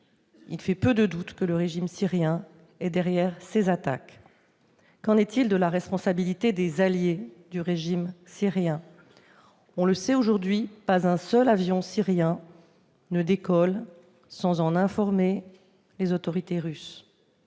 fait-il peu de doute que le régime syrien est derrière ces attaques. Qu'en est-il de la responsabilité des alliés du régime syrien ? On le sait aujourd'hui : pas un seul avion syrien ne décolle sans que les autorités russes